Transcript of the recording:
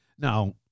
Now